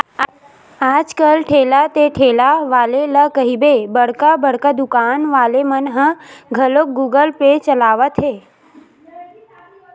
आज कल ठेला ते ठेला वाले ला कहिबे बड़का बड़का दुकान वाले मन ह घलोक गुगल पे चलावत हे